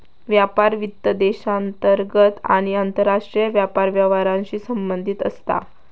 व्यापार वित्त देशांतर्गत आणि आंतरराष्ट्रीय व्यापार व्यवहारांशी संबंधित असता